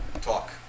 talk